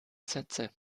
sätze